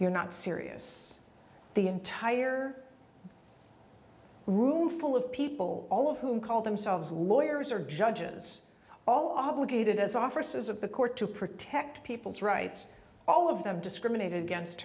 you're not serious the entire roomful of people all of whom call themselves lawyers or judges all obligated as officers of the court to protect people's rights all of them discriminated against